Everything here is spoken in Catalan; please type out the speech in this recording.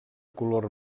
color